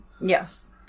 Yes